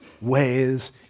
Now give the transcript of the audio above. ways